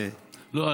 לא,